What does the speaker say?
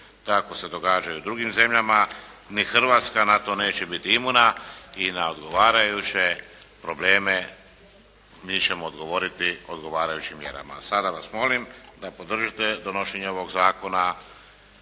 kako se događaju u drugim zemljama. Ni Hrvatska na to neće biti imuna i na odgovarajuće probleme mi ćemo odgovoriti odgovarajućim mjerama. Sada vas molim da podržite donošenje ovog zakona